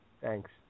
Thanks